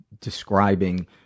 describing